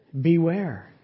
Beware